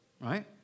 right